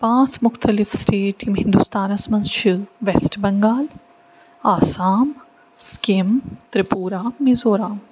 پانٛژھ مُختلِف سِٹیٹ یِم ہِنٛدوستانَس منٛز چھِ وٮ۪سٹ بنگال آسام سِکِم ترپوٗرہ میٖزورام